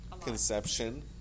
conception